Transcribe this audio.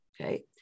Okay